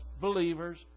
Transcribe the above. believers